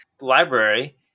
library